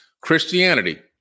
Christianity